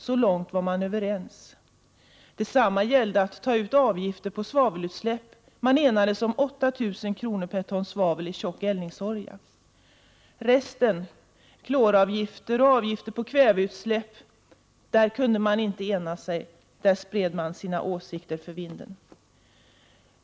Så långt var man överens. Detsamma gällde förslaget att ta ut avgifter på svavelutsläpp; man enades om 8 000 kr. per ton svavel i tjock eldningsolja. Men om resten, kloravgifter och avgifter på kväveutsläpp, kunde man inte ena sig, utan där spred man sina åsikter för vinden.